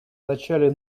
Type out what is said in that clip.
начале